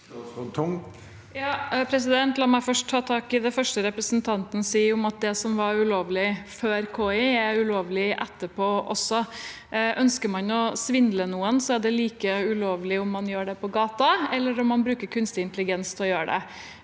La meg først ta tak i det første representanten Kjerstad sier, at det som var ulovlig før KI, er ulovlig etterpå også. Ønsker man å svindle noen, er det like ulovlig om man gjør det på gaten, eller om man bruker kunstig intelligens og gjør det.